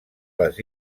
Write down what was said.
les